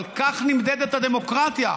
אבל כך נמדדת הדמוקרטיה,